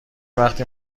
وقتی